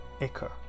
Iker